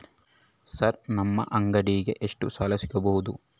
Sir ನಮ್ಮ ಅಂಗಡಿಗೆ ಎಷ್ಟು ಸಾಲ ಸಿಗಬಹುದು?